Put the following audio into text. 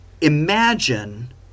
imagine